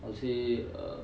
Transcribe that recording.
I would say uh